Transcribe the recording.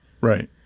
Right